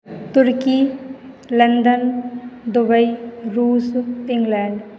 तुर्की London Dubai रूस England